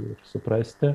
ir suprasti